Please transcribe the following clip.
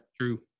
true